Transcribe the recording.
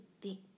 big